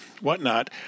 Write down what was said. whatnot